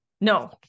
no